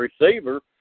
receiver